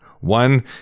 One